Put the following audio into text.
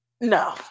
no